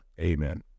amen